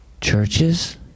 churches